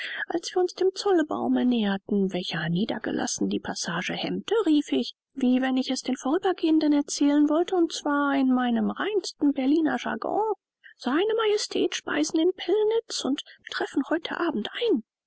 als wir uns dem zollbaume näherten welcher niedergelassen die passage hemmte rief ich wie wenn ich es den vorübergehenden erzählen wollte und zwar in meinem reinsten berliner jargon seine majestät speisen in pillnitz und treffen heute abend ein